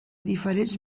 diferents